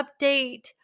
update